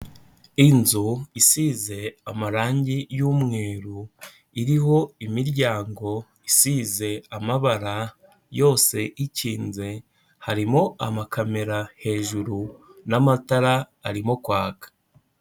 Inzu isize amarangi y'umweru, iriho imiryango isize amabara yose ikinze, harimo amakamera hejuru n'amatara arimo kwaka.